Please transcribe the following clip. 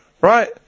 right